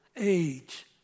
age